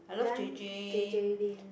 then J_J-Lin